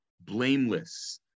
blameless